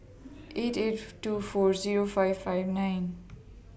eight eight two four Zero five five nine